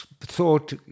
thought